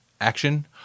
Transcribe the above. action